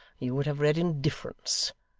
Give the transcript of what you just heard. you would have read indifference,